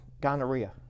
gonorrhea